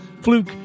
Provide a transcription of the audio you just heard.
Fluke